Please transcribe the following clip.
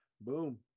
boom